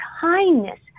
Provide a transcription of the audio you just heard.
kindness